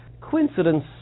coincidence